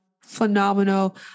Phenomenal